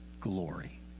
glory